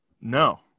no